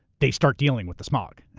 they start dealing with the smog.